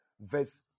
verse